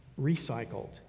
recycled